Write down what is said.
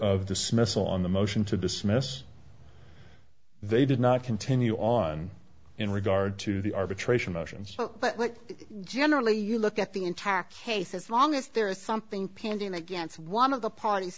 of dismissal on the motion to dismiss they did not continue on in regard to the arbitration motions but like generally you look at the intact case as long as there is something pending against one of the parties